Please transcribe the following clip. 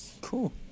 Cool